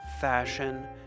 fashion